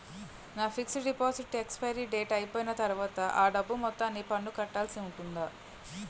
నా fixed deposit expiry date అయిపోయిన తర్వాత అ డబ్బు మొత్తానికి పన్ను కట్టాల్సి ఉంటుందా?